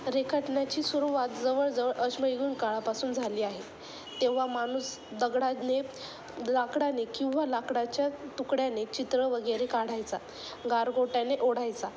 रेखाटण्याची सुरुवात जवळ जवळ अश्मयुगीन काळापासून झाली आहे तेव्हा माणूस दगडाने लाकडाने किंवा लाकडाच्या तुकड्याने चित्रं वगैरे काढायचा गारगोट्याने ओढायचा